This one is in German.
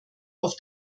auf